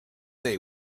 they